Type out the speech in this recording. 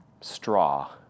straw